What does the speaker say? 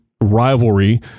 rivalry